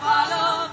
Follow